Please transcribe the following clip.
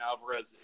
Alvarez